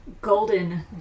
golden